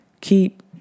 Keep